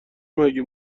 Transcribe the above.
مگه